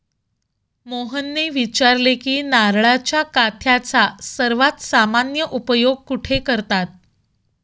मोहनने विचारले की नारळाच्या काथ्याचा सर्वात सामान्य उपयोग कुठे करतात?